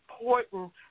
important